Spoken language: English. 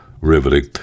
riveting